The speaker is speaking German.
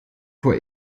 vor